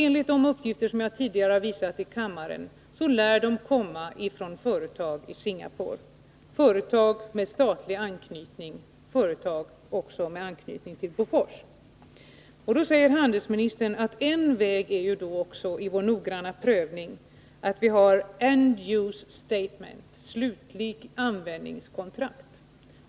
Enligt de uppgifter jag tidigare redovisade i kammaren lär de komma från företag i Singapore — företag med statlig anknytning och företag möjligen med anknytning till Bofors. Handelsministern säger då att en väg i vår noggranna prövning också är att vi har end-user statements, dvs. slutliga användningskontrakt.